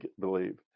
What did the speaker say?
believe